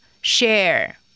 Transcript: Share